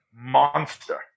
monster